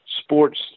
sports